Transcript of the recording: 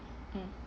mm